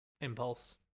impulse